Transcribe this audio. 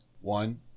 One